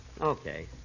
Okay